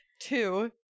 two